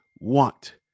want